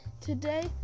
Today